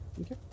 Okay